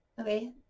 Okay